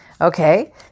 Okay